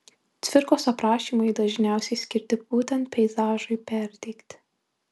cvirkos aprašymai dažniausiai skirti būtent peizažui perteikti